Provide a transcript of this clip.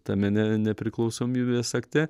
tame ne nepriklausomybės akte